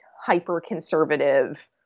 hyper-conservative